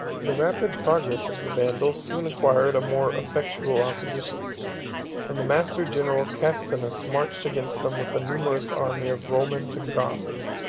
the rapid progress of the vandals soon acquired a more effectual opposition and the master-general castinus marched against them with a numerous army of romans and goths.